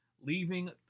leaving